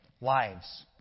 lives